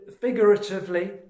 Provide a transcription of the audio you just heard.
figuratively